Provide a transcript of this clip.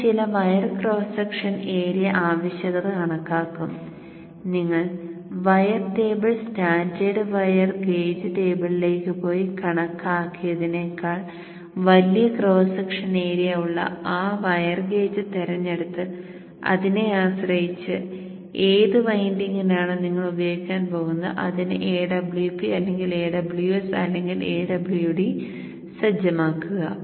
നിങ്ങൾ ചില wire cross section area ആവശ്യകത കണക്കാക്കും നിങ്ങൾ wire table standard wire gauge ടേബിളിലേക്ക് പോയി കണക്കാക്കിയതിനേക്കാൾ വലിയ ക്രോസ് സെക്ഷൻ ഏരിയ ഉള്ള ആ വയർ ഗേജ് തിരഞ്ഞെടുത്ത് അതിനെ ആശ്രയിച്ച് ഏത് വൈൻഡിംഗിനാണോ നിങ്ങൾ ഉപയോഗിക്കാൻ പോകുന്നത് അതിനു Awp അല്ലെങ്കിൽ Aws അല്ലെങ്കിൽ Awd ആയി സജ്ജമാക്കുക